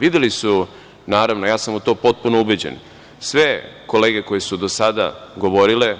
Videle su, naravno, ja sam u to potpuno ubeđen, sve kolege koje su do sada govorile